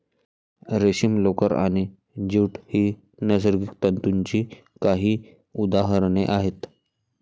रेशीम, लोकर आणि ज्यूट ही नैसर्गिक तंतूंची काही उदाहरणे आहेत